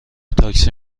تاکسی